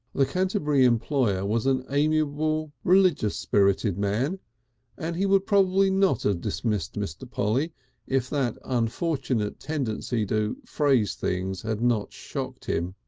the canterbury employer was an amiable, religious-spirited man and he would probably not have ah dismissed mr. polly if that unfortunate tendency to phrase things had not shocked him.